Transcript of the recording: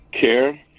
care